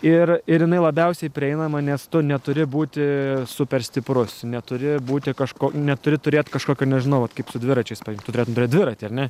ir ir jinai labiausiai prieinama nes tu neturi būti super stiprus neturi būti kažko neturi turėt kažkokio nežinau kaip su dviračiais pa tu turėtum dviratį ar ne